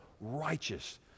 righteous